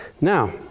Now